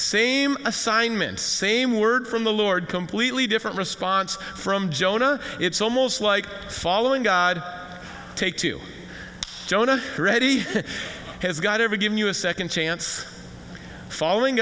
same assignments same word from the lord completely different response from jonah it's almost like following god take to jonah already has got ever given you a second chance following